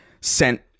sent